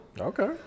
Okay